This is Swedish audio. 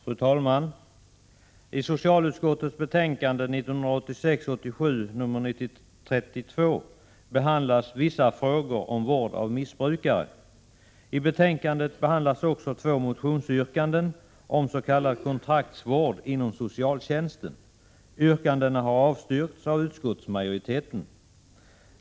Fru talman! I socialutskottets betänkande 1986/87:32 behandlas vissa frågor om vård av missbrukare. I betänkandet behandlas också två motionsyrkanden om s.k. kontraktsvård inom socialtjänsten. Yrkandena har avstyrkts av utskottsmajoriteten.